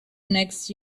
next